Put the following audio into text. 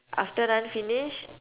after run finish